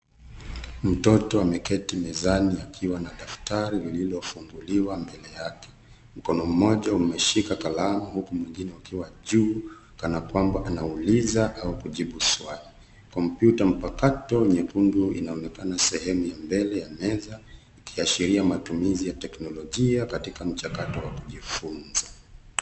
Mtoto ameketi mezani akiwa na daftari lililofunguliwa mbele yake. Mkono mmoja umeshika kalamu huku mwingine ukiwa juu kana kwamba anauliza au kujibu swali. Kompyuta mpakato nyekundu inaonekana sehemu ya mbele ya meza ikiashiria matumizi ya teknologia katika mchakato wa kujifunza.